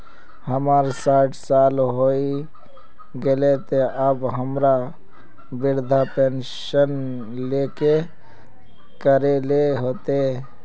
हमर सायट साल होय गले ते अब हमरा वृद्धा पेंशन ले की करे ले होते?